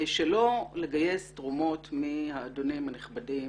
שלא לגייס תרומות מהאדונים הנכבדים,